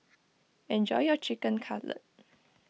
enjoy your Chicken Cutlet